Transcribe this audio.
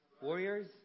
Warriors